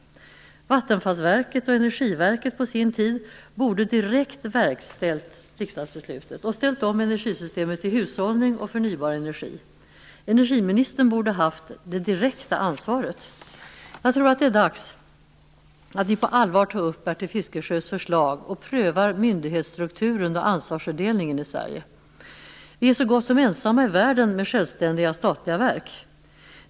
Vattenfallsverket och Energiverket på sin tid borde direkt ha verkställt riksdagsbeslutet och ställt om energisystemet till hushållning och förnybar energi. Energiministern borde ha haft det direkta ansvaret. Jag tror att det är dags att vi på allvar tar upp Bertil Fiskesjös förslag och prövar myndighetsstrukturen och ansvarsfördelningen i Sverige. Vi är så gott som ensamma i världen om att ha självständiga statliga verk.